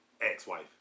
ex-wife